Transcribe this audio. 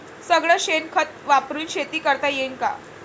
सगळं शेन खत वापरुन शेती करता येईन का?